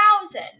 thousand